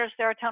serotonin